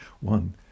one